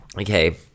Okay